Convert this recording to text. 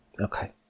Okay